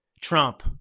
Trump